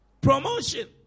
Promotion